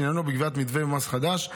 עניינו בקביעת מתווה מס חדש,